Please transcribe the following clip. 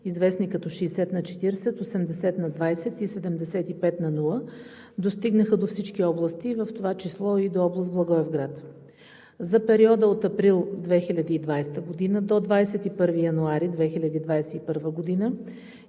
известни като 60/40, 80/20 и 75/0, достигнаха до всички области, в това число и до област Благоевград. За периода от месец април 2020 г. до 21 януари 2021 г.